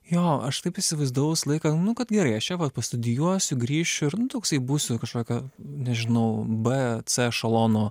jo aš taip įsivaizdavau visą laiką nu kad gerai aš čia vat pastudijuosiu grįšiu ir nu toksai būsiu kažkokio nežinau b c ešalono